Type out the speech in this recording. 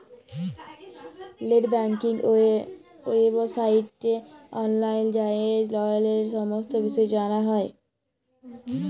late banking ওয়েবসাইটে অললাইল যাঁয়ে ললের সমস্ত বিষয় জালা যায়